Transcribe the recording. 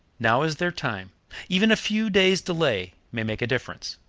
now is their time even a few days' delay may make a difference.